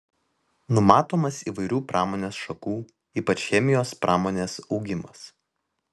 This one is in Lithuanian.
numatomas įvairių pramonės šakų ypač chemijos pramonės augimas